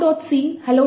c hello